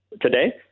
Today